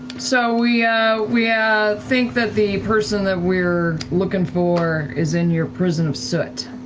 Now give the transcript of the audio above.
so we we yeah think that the person that we're looking for is in your prison of soot.